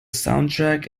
soundtrack